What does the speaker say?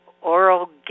oral